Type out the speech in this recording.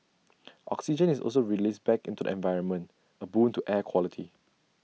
oxygen is also released back into the environment A boon to air quality